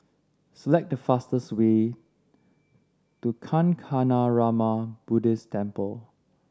select the fastest way to Kancanarama Buddhist Temple